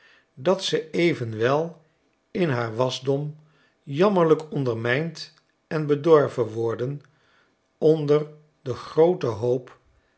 dat ze evenwel in haar wasdom jammerlijk ondermijnd en bedorven worden onder den grooten hoop